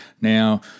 Now